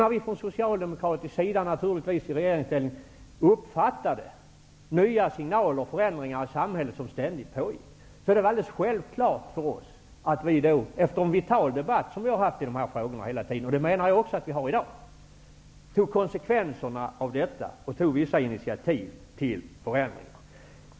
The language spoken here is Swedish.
När vi socialdemokrater i regeringsställning uppfattade de ständigt nya signalerna och förändringarna i samhället var det alldeles självklart för oss att vi efter en vital debatt -- vilket vi också har i dag -- tog konsekvenserna och tog vissa initiativ till förändringar.